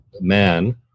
man